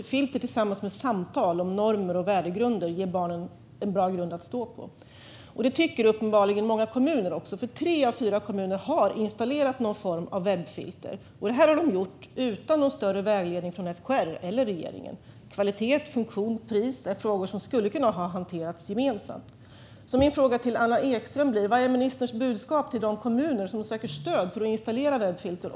Ett filter tillsammans med samtal om normer och värdegrunder ger barnen en bra grund att stå på. Det tycker uppenbarligen också många kommuner, för tre av fyra kommuner har installerat någon form av webbfilter. Detta har de gjort utan någon större vägledning från SKR eller regeringen. Kvalitet, funktion och pris är frågor som skulle ha kunnat hanteras gemensamt. Min fråga till Anna Ekström blir: Vad är ministerns budskap till de kommuner som söker stöd för att installera webbfilter?